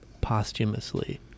posthumously